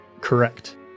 Correct